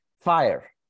fire